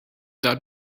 that